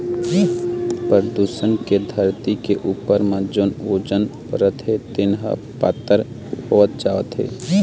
परदूसन के धरती के उपर म जेन ओजोन परत हे तेन ह पातर होवत जावत हे